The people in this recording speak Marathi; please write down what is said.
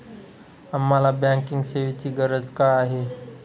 आम्हाला बँकिंग सेवेची गरज का आहे?